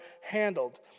handled